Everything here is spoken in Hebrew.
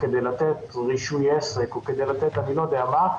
כדי לתת רישוי עסק או כדי לתת אני לא יודע מה,